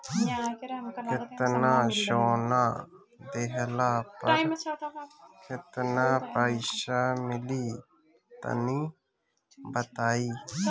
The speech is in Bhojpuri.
केतना सोना देहला पर केतना पईसा मिली तनि बताई?